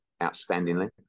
outstandingly